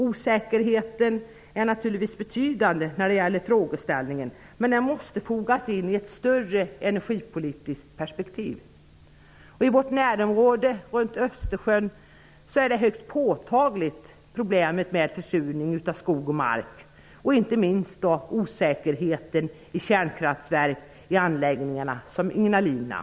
Osäkerheten är naturligtvis betydande när det gäller den frågeställningen, men den måste fogas in i ett större energipolitiskt perspektiv. I vårt närområde runt Östersjön är de högst påtagliga problemen försurningen av skog och mark och, inte minst, osäkra kärnkraftverk i anläggningar som Ignalina.